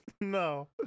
No